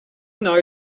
know